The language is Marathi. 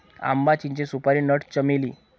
आंबा, चिंचे, सुपारी नट, चमेली